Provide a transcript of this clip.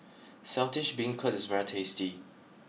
Saltish Beancurd is very tasty